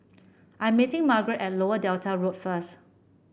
I'm meeting Margeret at Lower Delta Road first